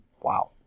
Wow